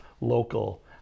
local